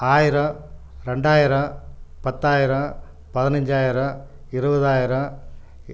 ஆயிரம் ரெண்டாயிரம் பத்தாயிரம் பதினஞ்சாயிரம் இருவதாயிரம்